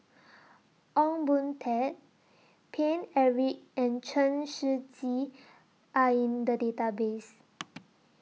Ong Boon Tat Paine Eric and Chen Shiji Are in The Database